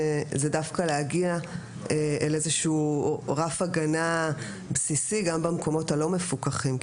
זה דווקא להגיע אל איזשהו רף הגנה בסיסי גם במקומות הלא מפוקחים.